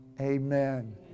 amen